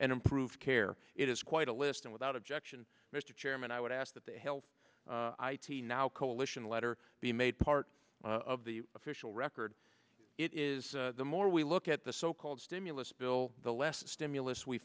and improve care it is quite a list and without objection mr chairman i would ask that the health i t now coalition letter be made part of the official record it is the more we look at the so called stimulus bill the less stimulus we